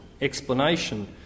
explanation